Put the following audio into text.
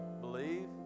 believe